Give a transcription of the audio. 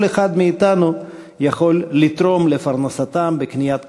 וכל אחד מאתנו יכול לתרום לפרנסתם בקניית כחול-לבן.